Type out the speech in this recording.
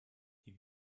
die